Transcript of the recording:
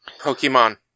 Pokemon